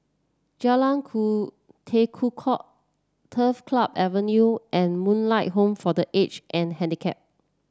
Jalan Ku Tekukor Turf Club Avenue and Moonlight Home for The Age And Handicap